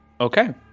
Okay